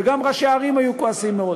וגם ראשי הערים היו כועסים מאוד.